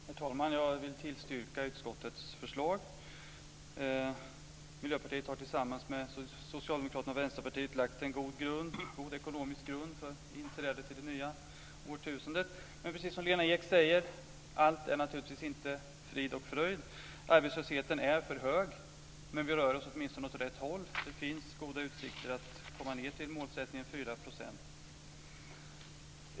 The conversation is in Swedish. Herr talman! Jag vill tillstyrka utskottets förslag. Miljöpartiet har tillsammans med Socialdemokraterna och Vänsterpartiet lagt en god ekonomisk grund för inträdet i det nya årtusendet. Men, precis som Lena Ek säger, allt är naturligtvis inte frid och fröjd. Arbetslösheten är för hög, men vi rör oss åtminstone åt rätt håll, så det finns goda utsikter att komma ned till målsättningen 4 %.